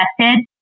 tested